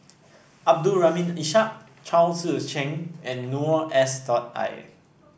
Abdul Rahim Ishak Chao Tzee Cheng and Noor S dot I